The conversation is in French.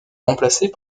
remplacées